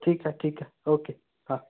ठीकु आहे ठीकु आहे ओके हा